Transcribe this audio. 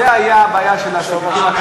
זה היה הבעיה של הסיקריקים,